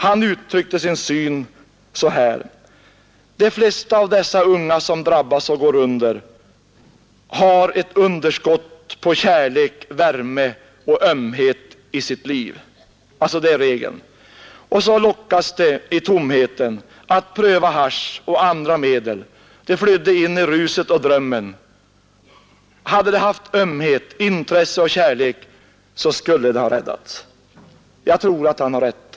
Han uttryckte sin syn så här: De flesta av dessa unga som drabbas och går under har ett underskott på kärlek, värme och ömhet i sitt liv. I tomheten lockades de att pröva hasch och andra medel och flydde in i ruset och drömmen. Hade de haft ömhet, intresse och kärlek, skulle de ha räddats. Jag tror att han har rätt.